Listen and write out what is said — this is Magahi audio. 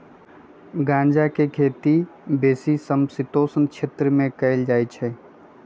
गञजा के खेती बेशी समशीतोष्ण क्षेत्र में कएल जाइ छइ